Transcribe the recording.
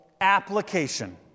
application